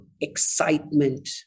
excitement